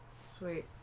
sweet